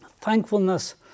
Thankfulness